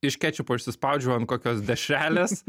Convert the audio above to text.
iš kečiupo išspaudžiu ant kokios dešrelės